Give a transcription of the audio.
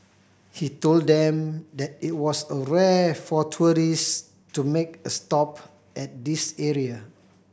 he told them that it was a rare for tourist to make a stop at this area